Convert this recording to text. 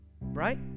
Right